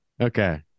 Okay